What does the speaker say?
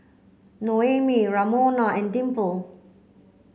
Noemi Ramona and Dimple